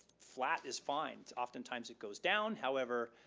flat is fine. oftentimes it goes down however,